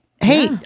hey